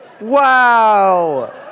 Wow